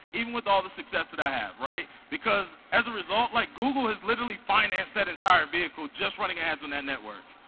even with all the success that i have, because as a result, like google has literally financed that entire vehicle just running ads on that network.